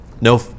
No